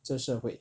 这社会